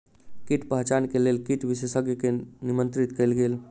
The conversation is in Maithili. कीट पहचान के लेल कीट विशेषज्ञ के निमंत्रित कयल गेल